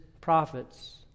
prophets